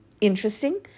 Interesting